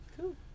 Cool